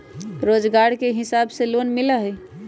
रोजगार के हिसाब से लोन मिलहई?